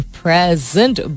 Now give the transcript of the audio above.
present